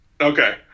Okay